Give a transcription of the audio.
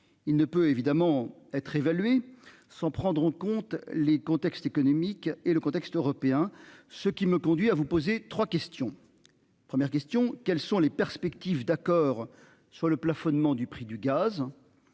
il ne peut évidemment être évaluée sans prendre en compte les contextes économiques et le contexte européen, ce qui me conduit à vous poser 3 questions. Première question, quelles sont les perspectives d'accord sur le plafonnement du prix du gaz.